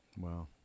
wow